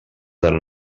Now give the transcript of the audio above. del